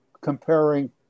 comparing